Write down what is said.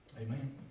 Amen